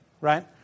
right